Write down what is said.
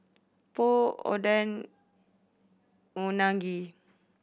Pho Oden Unagi